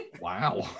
Wow